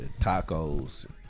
Tacos